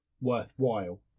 worthwhile